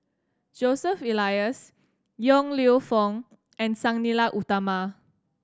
Joseph Elias Yong Lew Foong and Sang Nila Utama